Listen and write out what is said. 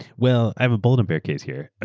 well, i have a bull and bear case here.